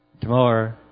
Tomorrow